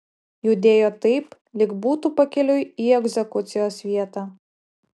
judėjo taip lyg būtų pakeliui į egzekucijos vietą